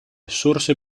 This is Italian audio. sorse